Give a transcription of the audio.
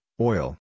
oil